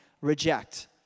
reject